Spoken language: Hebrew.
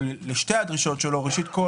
ראשית,